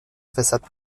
façade